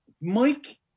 Mike